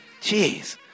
Jeez